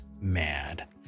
mad